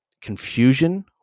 confusion